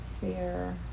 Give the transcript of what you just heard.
fear